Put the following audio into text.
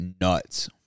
nuts